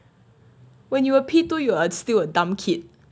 when you were two you're still a dumb kid